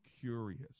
curious